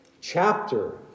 chapter